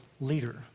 leader